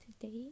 today